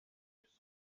his